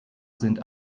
sind